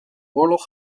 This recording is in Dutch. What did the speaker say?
oorlog